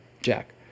Jack